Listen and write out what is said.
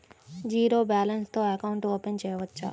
Zero balance తో account open చేయవచ్చు?